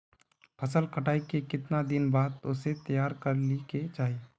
फसल कटाई के कीतना दिन बाद उसे तैयार कर ली के चाहिए?